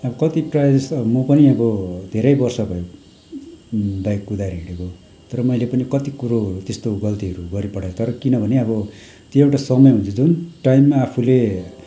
अब कति प्रायः जस्तो म पनि अब धेरै वर्ष भयो बाइक कुदाएर हिँडेको तर मैले पनि कति कुरोहरू त्यस्तो गल्तीहरू गरिपठाएँ तर किनभने अब त्यो एउटा समय हुन्छ जुन टाइममा आफूले